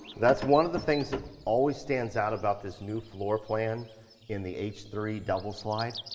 that's one of the things that, always stands out about this new floor plan in the edge three double slide,